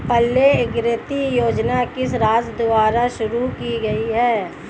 पल्ले प्रगति योजना किस राज्य द्वारा शुरू की गई है?